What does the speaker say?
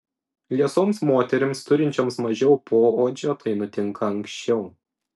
liesoms moterims turinčioms mažiau poodžio tai nutinka anksčiau